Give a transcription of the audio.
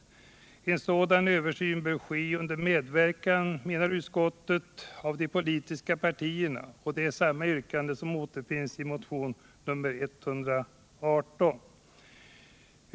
En sådan översyn bör ske under medverkan, menar utskottet, av de politiska partierna. Det är samma yrkande som återfinns i motionen 118.